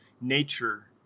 nature